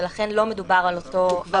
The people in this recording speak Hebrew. ולכן לא מדובר על אותו שלב.